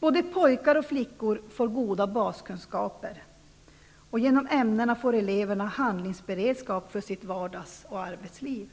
Både pojkar och flickor får goda baskunskaper. -- Genom ämnena får eleverna handlingsberedskap för sitt vardags och arbetsliv.''